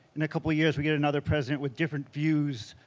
in a couple of years we get another president with different views?